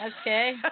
Okay